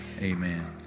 Amen